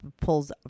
pulls